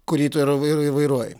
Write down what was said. kurį tu ir vai ir vairuoji